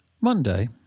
Monday